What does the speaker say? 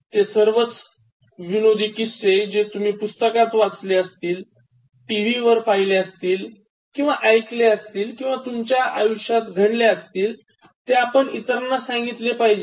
ते सर्वच विनोदी किस्से जे तुम्ही पुस्तकात वाचले असतील टीव्ही वर पहिले असतील ऐकले असतील किंवा तुमच्या आयुष्यात घडले असतील ते आपण इतराना सांगितले पाहिजे